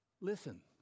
Listen